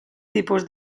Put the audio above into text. tipus